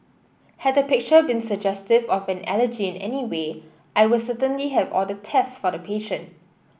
had the picture been suggestive of an allergy in any way I will certainly have ordered test for the patient